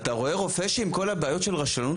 אתה רואה רופא שעם כל הבעיות של רשלנות